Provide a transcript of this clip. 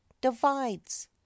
divides